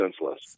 senseless